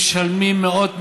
משלמים מאות מיליונים.